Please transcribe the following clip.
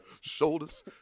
Shoulders